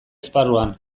esparruan